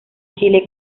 chile